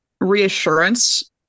reassurance